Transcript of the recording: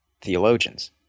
theologians